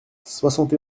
soixante